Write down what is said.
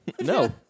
No